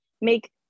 make